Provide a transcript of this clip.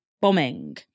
bombing